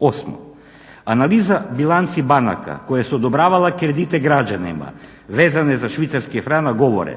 8.analiza bilanci banaka koje su odobravale kredite građanima vezane za švicarski franak govore